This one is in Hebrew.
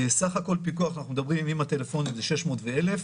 סך הכול פיקוח עם הטלפונים זה 600,000,